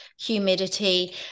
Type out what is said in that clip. humidity